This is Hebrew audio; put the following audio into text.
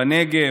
בנגב,